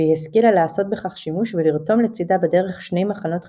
והיא השכילה לעשות בכך שימוש ולרתום לצידה בדרך שני מחנות חשובים.